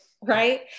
Right